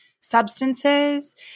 substances